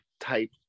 type